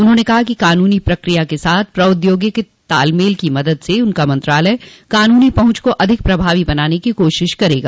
उन्होंने कहा कि कानूनी प्रक्रिया के साथ प्रोद्योगिकी तालमेल की मदद से उनका मंत्रालय कानूनी पहुंच को अधिक प्रभावी बनाने की कोशिश करेगा